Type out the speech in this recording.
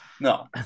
No